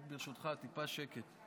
ברשותך, טיפה שקט.